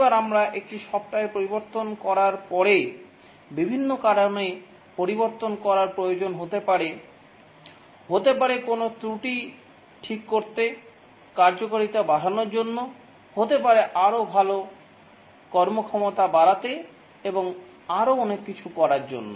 প্রতিবার আমরা একটি সফ্টওয়্যার পরিবর্তন করার পরে বিভিন্ন কারণে পরিবর্তন করার প্রয়োজন হতে পারে হতে পারে কোনও ত্রুটি ঠিক করতে কার্যকারিতা বাড়ানোর জন্য হতে পারে আরও ভাল কর্মক্ষমতা বাড়াতে এবং আরও অনেক কিছু করার জন্য